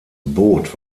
boot